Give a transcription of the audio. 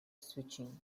switching